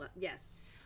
yes